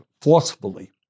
forcefully